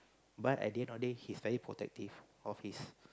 but at the end of the day he's very protective of his